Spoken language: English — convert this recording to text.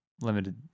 limited